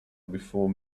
before